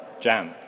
jam